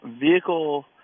vehicle